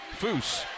Foose